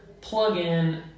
plugin